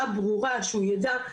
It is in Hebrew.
כי שוב אי אפשר לקבוע תאריך,